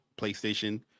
PlayStation